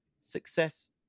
success